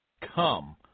Come